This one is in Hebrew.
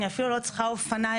אני אפילו לא צריכה אופניים,